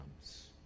comes